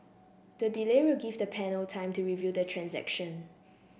the delay will give the panel time to review the transaction